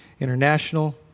International